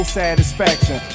satisfaction